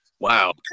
Wow